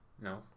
No